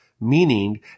Meaning